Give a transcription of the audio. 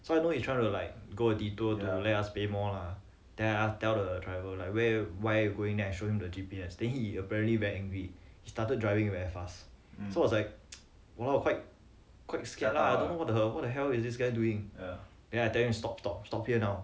so he is trying to like go a detour to let us pay more lah then I tell the driver where where you going then I show him the G_P_S then he apparently very angry he started driving very fast so I was like !whoa! quite quite scared lah I don't know what the what the hell is this guy doing then I tell him stop stop stop here now